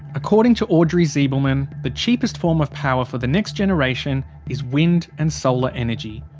according to audrey zibelman, the cheapest form of power for the next generation is wind and solar energy,